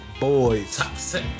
Boys